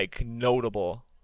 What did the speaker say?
notable